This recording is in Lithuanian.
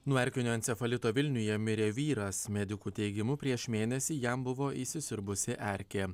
nuo erkinio encefalito vilniuje mirė vyras medikų teigimu prieš mėnesį jam buvo įsisiurbusi erkė